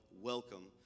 welcome